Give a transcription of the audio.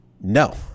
no